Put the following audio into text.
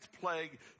plague